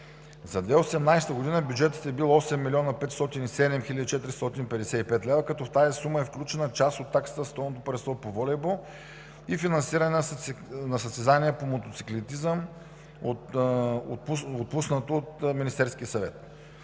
За 2018 г. бюджетът е бил 8 млн. 507 хил. 455 лв., като в тази сума е включена част от таксата за Световното първенство по волейбол и финансиране на състезание по мотоциклетизъм, отпуснато от Министерския съвет.